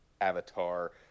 avatar